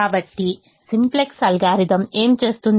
కాబట్టిసింప్లెక్స్ algorithm ఏమి చేస్తుంది